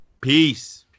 Peace